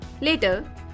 Later